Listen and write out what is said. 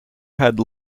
had